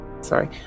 sorry